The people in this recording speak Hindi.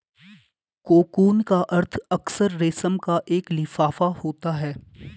कोकून का अर्थ अक्सर रेशम का एक लिफाफा होता है